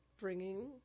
Bringing